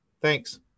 thanks